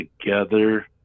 together